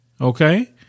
Okay